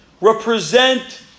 represent